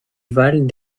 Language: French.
valent